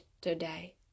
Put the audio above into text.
today